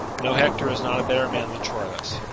no, hector is not a better man than troilus.